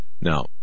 Now